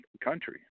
country